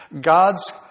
God's